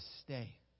stay